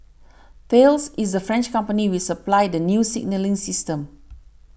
Thales is the French company which supplied the new signalling system